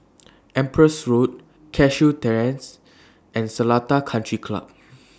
Empress Road Cashew Terrace and Seletar Country Club